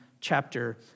chapter